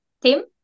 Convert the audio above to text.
Tim